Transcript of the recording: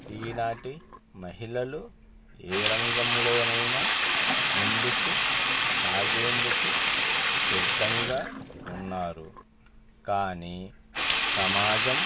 ఈనాటి మహిళలు ఏ రంగంలోనైనా ముందుకు సాగేందుకు సిద్ధంగా ఉన్నారు కానీ సమాజం